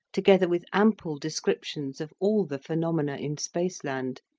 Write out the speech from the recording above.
together with ample descriptions of all the phenomena in spaceland,